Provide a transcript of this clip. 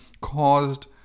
caused